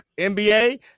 NBA